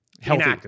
Healthy